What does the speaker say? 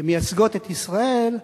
מייצגות את ישראל,